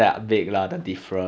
then ya lah I want lah